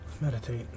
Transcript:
meditate